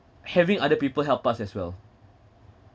having other people help us as well